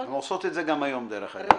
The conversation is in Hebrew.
הן עושות את זה גם היום, דרך אגב.